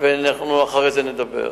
ואחר כך נדבר.